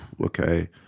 okay